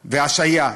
וההשעיה.